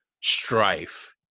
strife